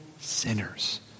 sinners